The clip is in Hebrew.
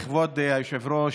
כבוד היושב-ראש,